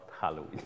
Halloween